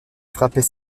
frappait